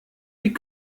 die